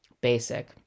basic